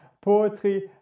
poetry